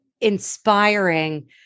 inspiring